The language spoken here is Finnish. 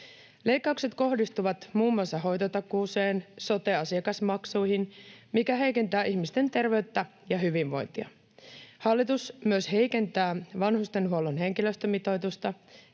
Leikkaukset kohdistuvat muun muassa hoitotakuuseen ja sote-asiakasmaksuihin, mikä heikentää ihmisten terveyttä ja hyvinvointia. Hallitus myös heikentää vanhustenhuollon henkilöstömitoitusta